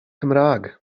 cymraeg